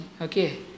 okay